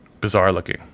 bizarre-looking